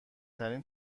ترین